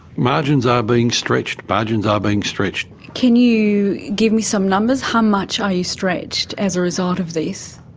margins are being stretched, budgets are being stretched. can you give me some numbers? how much are you stretched as a result of this?